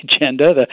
agenda